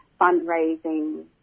fundraising